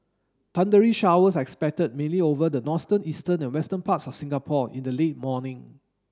thundery showers are expected mainly over the northern eastern and western parts of Singapore in the late morning